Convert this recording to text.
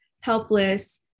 helpless